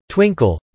Twinkle